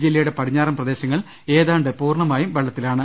ജില്ലയുടെ പടിഞ്ഞാറൻ പ്രദേശങ്ങൾ ഏതാണ്ട് പൂർണ്ണ മായും വെള്ളത്തിലാണ്